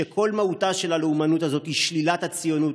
שכל מהותה של הלאומנות הזאת היא שלילת הציונות,